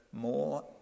more